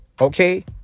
okay